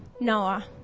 Noah